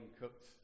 cooked